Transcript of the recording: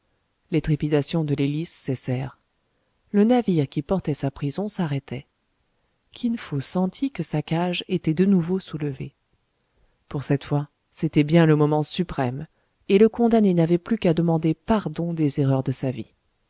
les trépidations de l'hélice cessèrent le navire qui portait sa prison s'arrêtait kin fo sentit que sa cage était de nouveau soulevée pour cette fois c'était bien le moment suprême et le condamné n'avait plus qu'à demander pardon des erreurs de sa vie